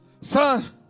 Son